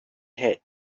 had